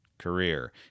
career